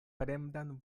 fremdan